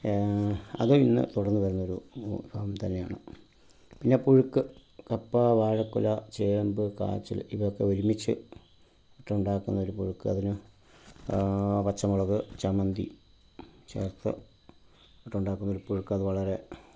അതും ഇന്ന് തുടർന്നുവരുന്ന ഒരു ആ വിഭവം തന്നെയാണ് പിന്നെ പുഴുക്ക് കപ്പ വാഴക്കുല ചേമ്പ് കാച്ചിൽ ഇവയൊക്കെ ഒരുമിച്ച് ഇട്ടു ഉണ്ടാക്കുന്ന ഒരു പുഴുക്ക് അതിന് പച്ചമുളക് ചമ്മന്തി ചേർത്ത് ഉണ്ടാക്കുന്ന ഒരു പുഴുക്ക് അത് വളരെ